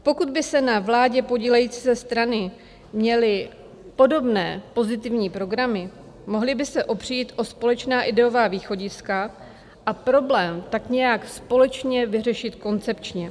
Pokud by na vládě podílející se strany měly podobné pozitivní programy, mohly by se opřít o společná ideová východiska a problém tak nějak společně vyřešit koncepčně.